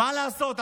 מה לעשות,